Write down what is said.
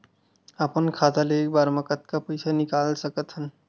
अपन खाता ले एक बार मा कतका पईसा निकाल सकत हन?